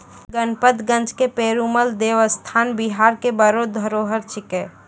गणपतगंज के पेरूमल देवस्थान बिहार के बड़ो धरोहर छिकै